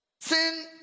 Sin